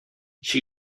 she